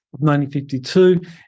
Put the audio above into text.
1952